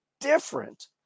different